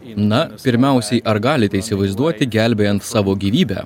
na pirmiausiai ar galite įsivaizduoti gelbėjant savo gyvybę